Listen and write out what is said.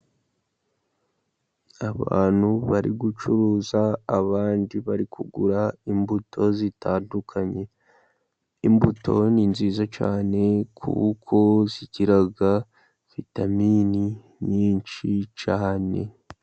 Abantu bari gucuruza, abandi bari kugura imbuto zitandukanye, imbuto ni nziza cyane, kuko zigira vitamini nyinshi cyane.